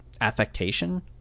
affectation